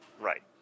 Right